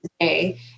today